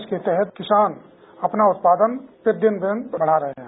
इसके तहत किसान अपना उत्पादन दिन प्रतिदिन बढ़ा रहे हैं